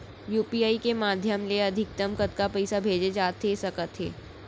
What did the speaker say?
UPI के माधयम ले अधिकतम कतका पइसा भेजे जाथे सकत हे?